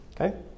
okay